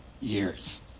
years